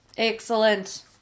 Excellent